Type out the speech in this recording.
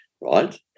right